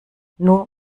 nur